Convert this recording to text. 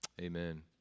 Amen